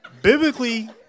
Biblically